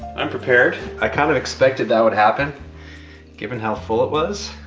i'm prepared. i kind of expected that would happen given how full it was,